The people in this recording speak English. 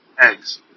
eggs